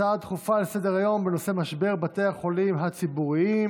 הצעות דחופות לסדר-היום בנושא: משבר בתי החולים הציבוריים,